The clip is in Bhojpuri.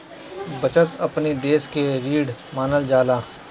बचत अपनी देस के रीढ़ मानल जाला